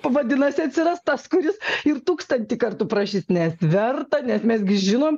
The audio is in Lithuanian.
vadinasi atsiras tas kuris ir tūkstantį kartų prašys nes verta nes mes gi žinom